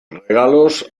regalos